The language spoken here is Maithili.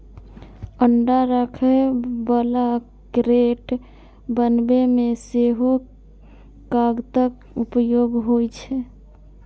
अंडा राखै बला क्रेट बनबै मे सेहो कागतक उपयोग होइ छै